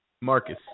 Marcus